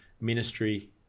ministry